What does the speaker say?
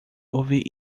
ouvir